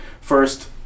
first